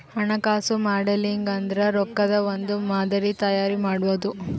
ಹಣಕಾಸು ಮಾಡೆಲಿಂಗ್ ಅಂದ್ರೆ ರೊಕ್ಕದ್ ಒಂದ್ ಮಾದರಿ ತಯಾರ ಮಾಡೋದು